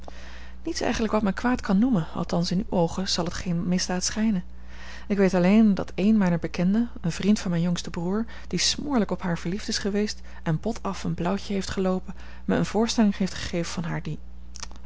niets eigenlijk wat men kwaad kan noemen althans in uwe oogen zal het geen misdaad schijnen ik weet alleen dat een mijner bekenden een vriend van mijn jongsten broer die smoorlijk op haar verliefd is geweest en bot af een blauwtje heeft geloopen mij eene voorstelling heeft gegeven van haar die